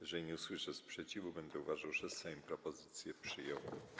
Jeżeli nie usłyszę sprzeciwu, będę uważał, że Sejm propozycje przyjął.